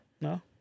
No